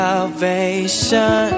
Salvation